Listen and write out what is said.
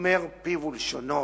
שומר פיו ולשונו